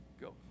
Go